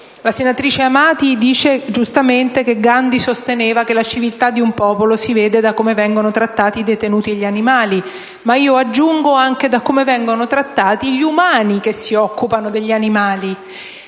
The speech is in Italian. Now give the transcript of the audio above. la senatrice Amati ha detto giustamente che Gandhi sosteneva che la civiltà di un popolo si vede da come vengono trattati e detenuti gli animali; ma io aggiungo anche da come vengono trattati gli umani che si occupano degli animali.